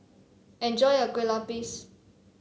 enjoy your Kueh Lapis